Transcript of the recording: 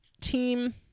team